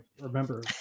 remember